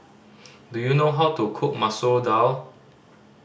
do you know how to cook Masoor Dal